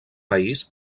país